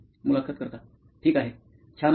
मुलाखत कर्ता ठीक आहे छान आहे